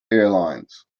airlines